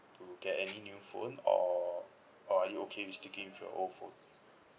to get any new phone or or are you okay with sticking with your old phone